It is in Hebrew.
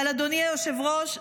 אבל אדוני היושב-ראש,